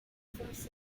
efforts